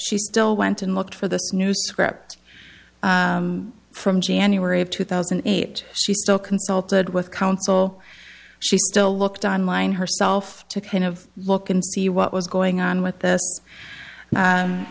she still went and looked for this new script from january of two thousand and eight she still consulted with counsel she still looked on line herself to kind of look and see what was going on with the